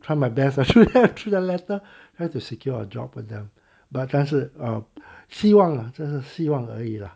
try my best actually application letter to secure a job with them but 但是 um 希望 lah 真的是希望而已 lah